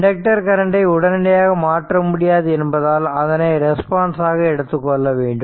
inductor கரண்டை உடனடியாக மாற்ற முடியாது என்பதால் அதனை ரெஸ்பான்ஸ் ஆக எடுத்துக்கொள்ள வேண்டும்